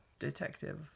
Detective